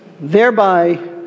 thereby